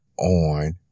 on